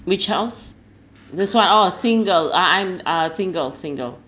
which house that's why oh single uh I'm uh single single